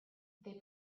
they